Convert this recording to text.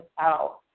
out